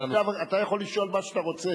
אתה יכול לשאול מה שאתה רוצה.